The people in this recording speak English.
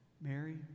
Mary